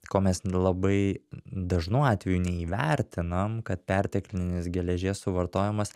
ko mes labai dažnu atveju neįvertinam kad perteklinis geležies suvartojimas